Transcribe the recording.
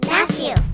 Matthew